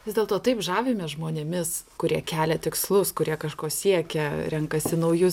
vis dėlto taip žavimės žmonėmis kurie kelia tikslus kurie kažko siekia renkasi naujus